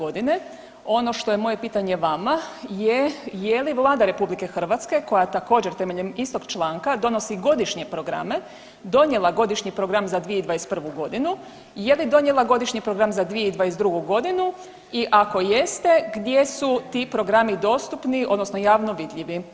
Ono što je moje pitanje vama je je li Vlada RH koja također temeljem istog članka donosi godišnje programe donijela godišnji program za 2021.g. i je li donijela godišnji program za 2022.g. i ako jeste gdje su ti programi dostupni odnosno javno vidljivi?